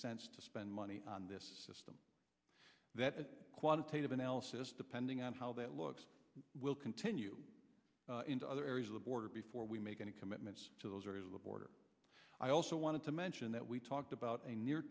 sense to spend money on this system that quantitative analysis depending on how that looks will continue into other areas of the border before we make any commitments to those areas of the border i also want to mention that we talked about a near